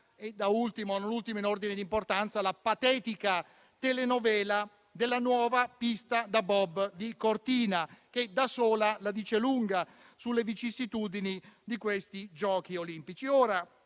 e, da ultimo, non ultima in ordine di importanza, la patetica telenovela della nuova pista da bob di Cortina che, da sola, la dice lunga sulle vicissitudini di questi Giochi olimpici.